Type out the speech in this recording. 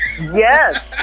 Yes